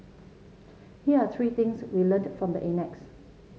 here are three things we learnt from the annex